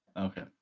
Okay